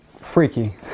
freaky